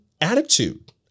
attitude